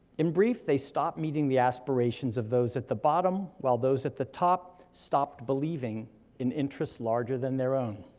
in brief, they stopped meeting the aspirations of those at the bottom, while those at the top stopped believing in interests larger than their own.